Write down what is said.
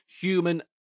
human